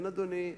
כן, אדוני.